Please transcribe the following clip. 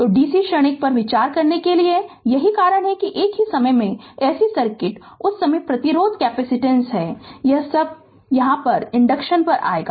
तोdc क्षणिक पर विचार करने के लिए यही कारण है कि एक ही समय में एसी सर्किट उस समय प्रतिरोध कैपिसिटेंस यह सब क्या कॉल इंडक्शन पे आएगा